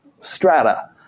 strata